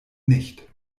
nicht